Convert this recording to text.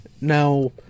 Now